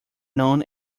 known